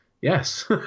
yes